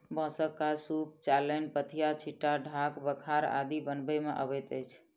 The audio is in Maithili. बाँसक काज सूप, चालैन, पथिया, छिट्टा, ढाक, बखार इत्यादि बनबय मे अबैत अछि